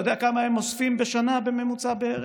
אתה יודע כמה הם אוספים בשנה בערך בממוצע?